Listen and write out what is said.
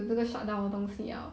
!huh!